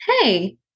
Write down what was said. Hey